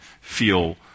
feel